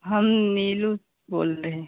हम नीलू बोल रहे हैं